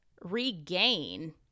regain